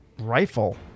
rifle